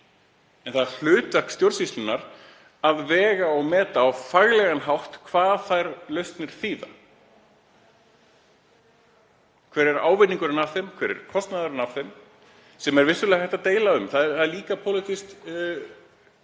En það er hlutverk stjórnsýslunnar að vega og meta á faglegan hátt hvað þær lausnir þýða. Hver ávinningurinn af þeim er, hver kostnaðurinn af þeim er. Um það er vissulega hægt að deila, það er líka pólitískt